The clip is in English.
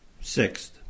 sixth